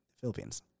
Philippines